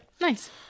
nice